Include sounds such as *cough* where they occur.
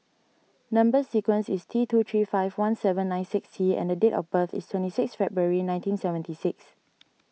Number Sequence is T two three five one seven nine six T and the date of birth is twenty six February nineteen seventy six *noise*